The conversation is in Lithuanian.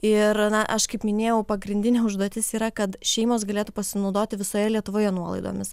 ir na aš kaip minėjau pagrindinė užduotis yra kad šeimos galėtų pasinaudoti visoje lietuvoje nuolaidomis